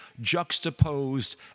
juxtaposed